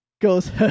goes